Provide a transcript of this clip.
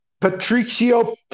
Patricio